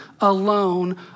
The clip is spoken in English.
alone